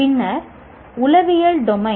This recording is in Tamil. பின்னர் உளவியல் டொமைன்